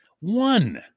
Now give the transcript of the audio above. One